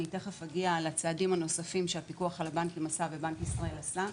אני תכף אגיע לצעדים הנוספים שהפיקוח על הבנקים ובנק ישראל עשו,